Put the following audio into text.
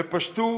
ופשטו